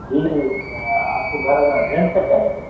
جی آپ کو گھر اگر رینٹ پہ چاہیے